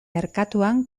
merkatuan